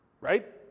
right